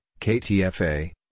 KTFA